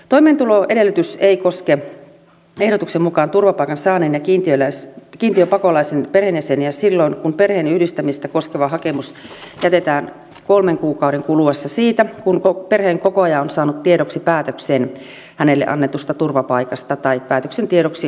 toimeentuloedellytys ei koske ehdotuksen mukaan turvapaikan saaneen ja kiintiöpakolaisen perheenjäseniä silloin kun perheenyhdistämistä koskeva hakemus jätetään kolmen kuukauden kuluessa siitä kun perheenkokoaja on saanut tiedoksi päätöksen hänelle annetusta turvapaikasta tai päätöksen tiedoksi hyväksymisestä maamme pakolaiskiintiössä